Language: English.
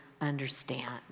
understand